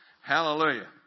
hallelujah